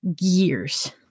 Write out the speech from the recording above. years